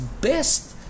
best